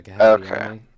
Okay